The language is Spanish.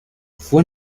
fue